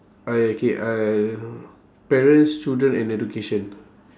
I okay uh parents children and education